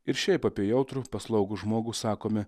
ir šiaip apie jautrų paslaugų žmogų sakome